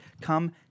come